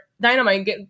Dynamite